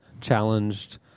challenged